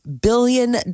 billion